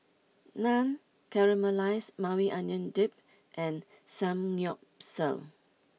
Naan Caramelized Maui Onion Dip and Samgyeopsal